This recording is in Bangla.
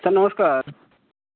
হ্যাঁ নমস্কার